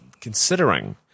considering